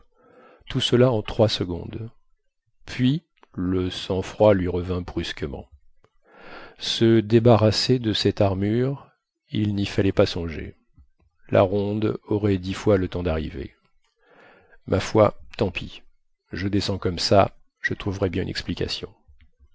tout cela en trois secondes puis le sang-froid lui revint brusquement se débarrasser de cette armure il ny fallait pas songer la ronde aurait dix fois le temps darriver ma foi tant pis je descends comme ça je trouverai bien une explication